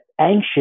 anxious